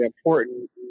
important